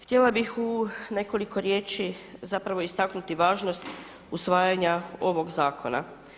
Htjela bih u nekoliko riječi zapravo istaknuti važnost usvajanja ovog zakona.